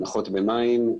הנחות במים,